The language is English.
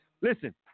Listen